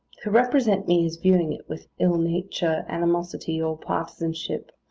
to represent me as viewing it with ill-nature, animosity, or partisanship,